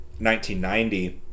1990